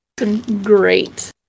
great